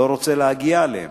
לא רוצה להגיע אליהם.